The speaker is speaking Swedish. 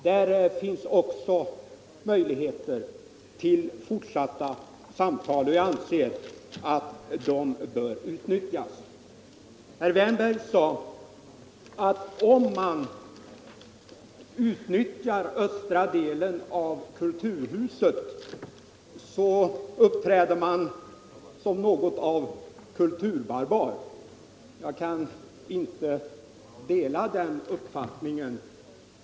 Där finns också möjligheter till fortsatta samtal, och jag anser att de bör utnyttjas. Herr Wärnberg sade att om vi tar i anspråk östra delen av Kulturhuset så uppträder vi som något av kulturbarbarer. Jag kan inte dela den uppfattningen.